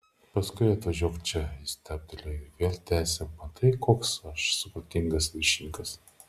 paskui atvažiuok čia jis stabtelėjo ir vėl tęsė matai koks aš supratingas viršininkas